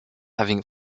having